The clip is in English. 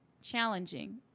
challenging